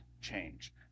change